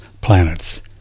planets